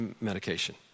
medication